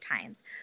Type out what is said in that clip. times